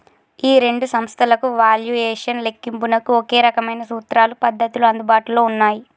ఈ రెండు సంస్థలకు వాల్యుయేషన్ లెక్కింపునకు ఒకే రకమైన సూత్రాలు పద్ధతులు అందుబాటులో ఉన్నాయి